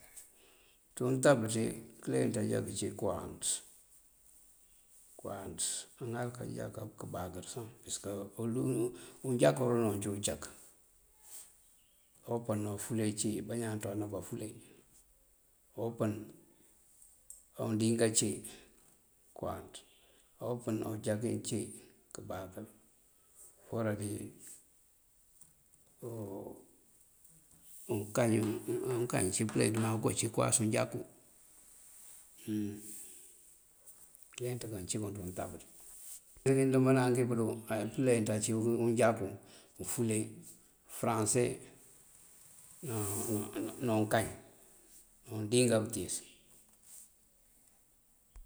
Ţí untab ţí këleenţ ajá këcí këwáanţ, këwáanţ mëŋal këjá këbáakër sá parësëk unjakú dunooŋ cí ucak, á upën, á ufule cí bañaan aţona bafule, á upën á undiŋa cí, këwáanţ á upën ujakiŋ cí këbáakër foorá dí unkañ ací pëleenţ ma uko cí këwáas unjakú këleenţ kaŋ cí kuŋ ţí untáb ţí. Meki ndëmbá nánki pëdú këleenţ ací unjakú, ufule, faranse ná unkañ, ná undiŋa bëtíis.